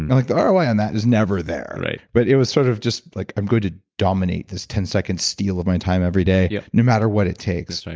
like the um roi on that is never there. but it was sort of just like, i'm going to dominate this ten second steal of my time every day, yeah no matter what it takes.